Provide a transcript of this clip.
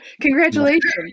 Congratulations